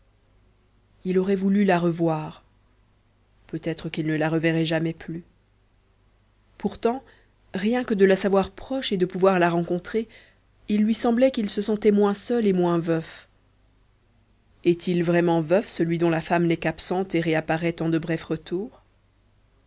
il aurait voulu la revoir peut-être qu'il ne la reverrait jamais plus pourtant rien que de la savoir proche et de pouvoir la rencontrer il lui semblait qu'il se sentait moins seul et moins veuf est-il vraiment veuf celui dont la femme n'est qu'absente et réapparaît en de brefs retours